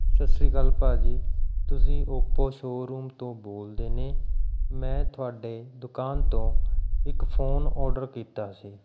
ਸਤਿ ਸ਼੍ਰੀ ਅਕਾਲ ਭਾਅ ਜੀ ਤੁਸੀਂ ਓਪੋ ਸ਼ੋਅਰੂਮ ਤੋਂ ਬੋਲਦੇ ਨੇ ਮੈਂ ਤੁਹਾਡੀ ਦੁਕਾਨ ਤੋਂ ਇੱਕ ਫ਼ੋਨ ਔਰਡਰ ਕੀਤਾ ਸੀ